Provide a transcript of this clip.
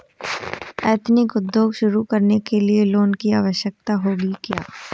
Ethnic उद्योग शुरू करने लिए लोन की आवश्यकता होगी क्या?